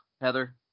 Heather